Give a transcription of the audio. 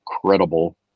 credible